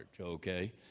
okay